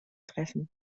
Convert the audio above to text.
treffen